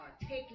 taking